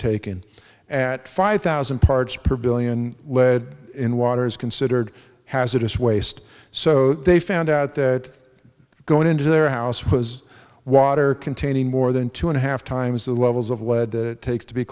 taken at five thousand parts per billion lead in water is considered hazardous waste so they found out that going into their house was water containing more than two and a half times the levels of lead takes to be